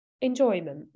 enjoyment